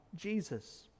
Jesus